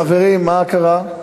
חברים, מה קרה?